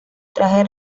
trajes